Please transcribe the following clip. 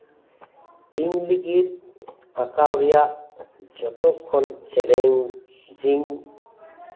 ᱤᱧ ᱞᱟᱹᱜᱤᱫ ᱟᱸᱠᱟᱣ ᱨᱮᱭᱟᱜ ᱡᱚᱛᱚᱠᱷᱚᱱ ᱪᱮᱞᱮᱧᱡ ᱡᱤᱧ